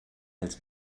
als